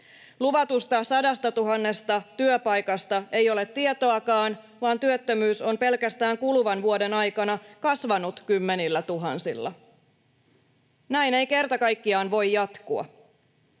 Luvatusta 100 000 työpaikasta ei ole tietoakaan, vaan työttömyys on pelkästään kuluvan vuoden aikana kasvanut kymmenillätuhansilla. Näin ei kerta kaikkiaan voi jatkua.